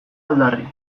aldarri